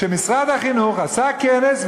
שמשרד החינוך עשה כנס,